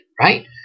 right